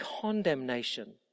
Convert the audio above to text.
condemnation